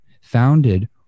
founded